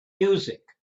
music